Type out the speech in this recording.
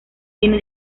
tiene